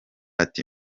ati